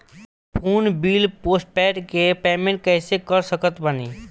Phone bill postpaid के payment कैसे कर सकत बानी?